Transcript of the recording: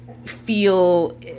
feel